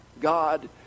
God